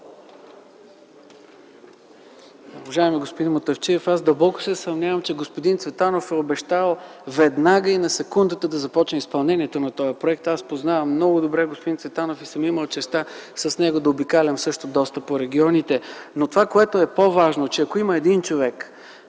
аз дълбоко се съмнявам, че господин Цветанов е обещал веднага и на секундата да започне изпълнението на този проект. Аз познавам много добре господин Цветанов и съм имал честта с него да обикалям доста по регионите. Но това, което е по-важно, е, че ако има един човек,